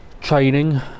training